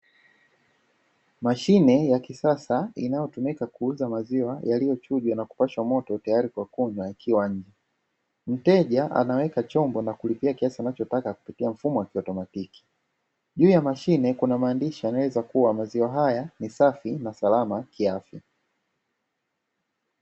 Mashine ya kisasa inayotumika kuuza maziwa yaliyo chujwa na kupashwa moto tayari kwa kunywa, ikiwa nje. Mteja anaweka chombo na kulipia kiasi anachotaka kupitia mfumo wa kiotomatiki. Juu ya mashine kuna maandishi anayoweza kuwa, maziwa haya ni safi na salama kiafya.